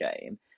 game